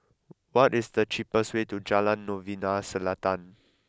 what is the cheapest way to Jalan Novena Selatan